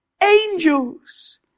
angels